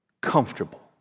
comfortable